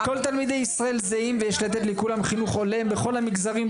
כל תלמידי ישראל זהים ויש לתת לכולם חינוך הולם בכל המגזרים,